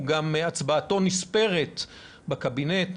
הצבעתו נספרת בקבינט,